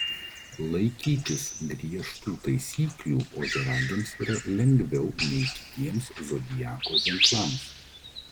laikytis griežtų taisyklių ožiaragiams yra lengviau nei kitiems zodiako ženklams